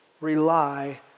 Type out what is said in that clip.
rely